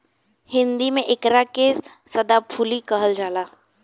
हिंदी में एकरा के सदाफुली कहल जाला